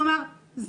כלומר,